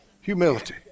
Humility